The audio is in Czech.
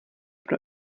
pro